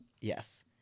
yes